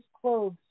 clothes